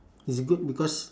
it's good because